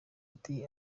ati